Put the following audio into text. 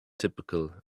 typical